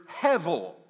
hevel